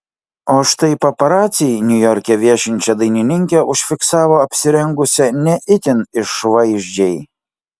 o štai paparaciai niujorke viešinčią dainininkę užfiksavo apsirengusią ne itin išvaizdžiai